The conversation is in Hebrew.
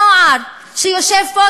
הנוער שיושב פה,